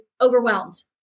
overwhelmed